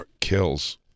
kills